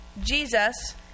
Jesus